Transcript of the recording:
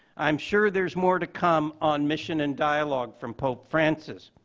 i'm sure there's more to come on mission and dialogue from pope francis.